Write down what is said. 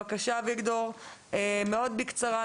אביגדור, בבקשה בקצרה.